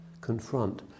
confront